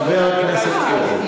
חבר הכנסת פרוש,